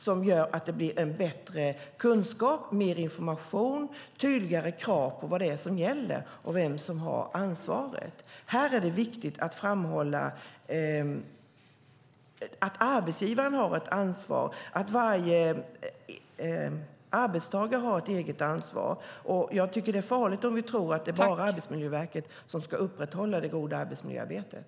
Det handlar om bättre kunskap, mer information och att det blir tydligare vad det är som gäller och vem som har ansvaret. Här är det viktigt att framhålla att arbetsgivaren har ett ansvar och att varje arbetstagare har ett eget ansvar. Jag tycker att det är farligt om vi tror att det bara är Arbetsmiljöverket som ska upprätthålla det goda arbetsmiljöarbetet.